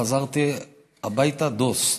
חזרתי הביתה דוס,